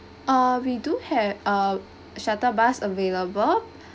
err we do have uh shuttle bus available